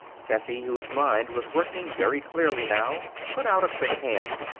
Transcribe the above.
tessie, whose mind was working very clearly now, put out a quick hand.